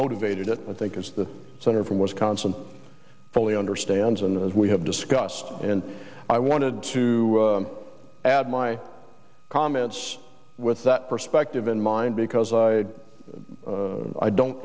motivated it i think as the senator from wisconsin fully understands and as we have discussed and i wanted to add my comments with that perspective in mind because i i don't